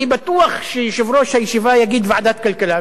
אני בטוח שיושב-ראש הישיבה יגיד: ועדת הכלכלה,